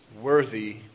worthy